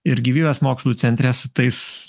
ir gyvybės mokslų centre su tais